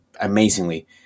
amazingly